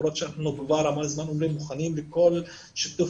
למרות שאנחנו כבר הרבה זמן מוכנים לכל שיתוף